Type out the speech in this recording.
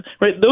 right